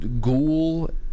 ghoul